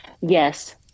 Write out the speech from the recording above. Yes